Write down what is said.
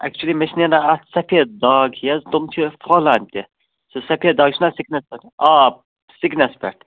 actually مےٚ چھِ نیران اَتھ سفید داغ ہِوۍ حظ تِم چھِ پھہلان تہِ سُہ سَفید داغ چھُنا سِکنَس پٮ۪ٹھ آب سِکنَس پٮ۪ٹھ